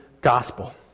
gospel